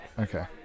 Okay